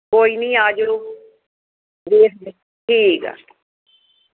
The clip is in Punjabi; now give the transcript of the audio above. ਕੋਈ ਨਹੀਂ ਆ ਜਿਓ ਦੇਖਦੇ ਠੀਕ ਆ